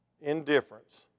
indifference